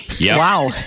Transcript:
Wow